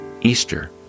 Easter